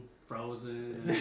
Frozen